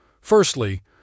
Firstly